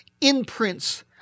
imprints